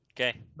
Okay